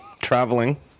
traveling